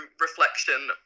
reflection